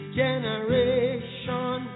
generation